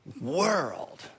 world